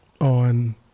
on